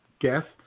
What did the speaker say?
Guests